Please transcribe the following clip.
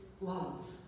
love